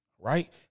right